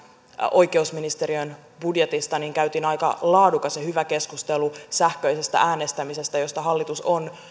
oikeusministeriön budjetista niin käytiin aika laadukas ja hyvä keskustelu sähköisestä äänestämisestä josta hallitus on